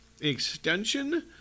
extension